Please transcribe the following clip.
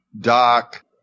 Doc